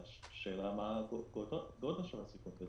השאלה היא מה גודל הסיכון,